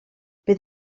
bydd